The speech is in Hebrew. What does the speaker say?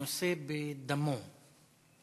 הנושא בדמו,